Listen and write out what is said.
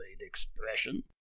expression